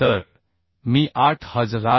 तर मी 8085